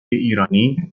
ایرانی